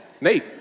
Nate